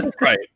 Right